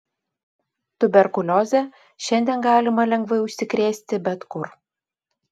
tuberkulioze šiandien galima lengvai užsikrėsti bet kur